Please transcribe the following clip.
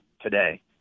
today